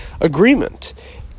agreement